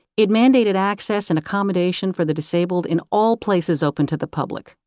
it mandated access and accommodation for the disabled in all places open to the public.